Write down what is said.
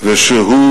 ושהוא